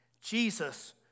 Jesus